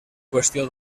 qüestió